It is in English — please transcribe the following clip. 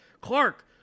Clark